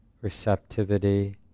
receptivity